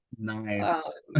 Nice